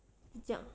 就这样